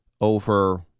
over